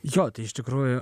jo tai iš tikrųjų